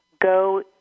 go